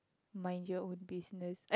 mind your own business